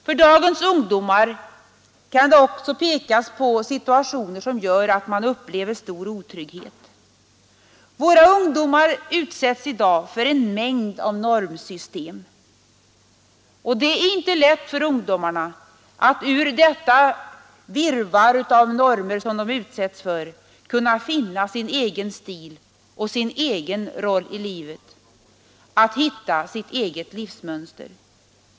För dagens ungdom kan det också pekas på att de ofta råkar in i situationer i vilka de upplever stor otrygghet. Våra ungdomar konfronteras med en mängd normer, och det är inte lätt för ungdomar att i detta virrvarr av normer finna sin egen stil och sin egen roll i livet att hitta sitt eget livsmönster.